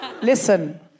listen